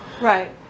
Right